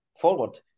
forward